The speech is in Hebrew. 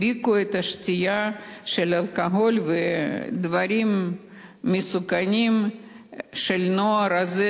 הדביקו את השתייה של אלכוהול ודברים מסוכנים של הנוער הזה,